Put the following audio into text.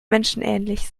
menschenähnlich